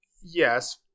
yes